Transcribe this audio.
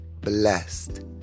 blessed